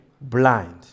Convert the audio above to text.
blind